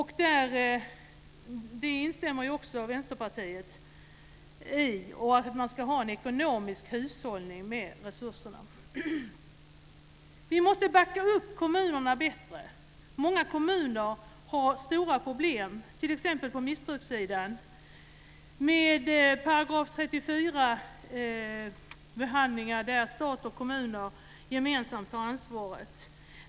I detta instämmer även Vänsterpartiet. Man ska ha en ekonomisk hushållning med resurserna. Vi måste backa upp kommunerna bättre. Många kommuner har stora problem, t.ex. på missbrukssidan, med § 34-behandlingar där stat och kommuner gemensamt har ansvaret.